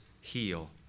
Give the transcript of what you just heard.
heal